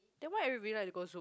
then why everybody like to go Zouk